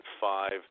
five